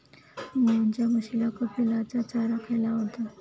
मोहनच्या म्हशीला कपिलाचा चारा खायला आवडतो